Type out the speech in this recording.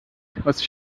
was